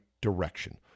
direction